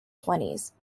twenties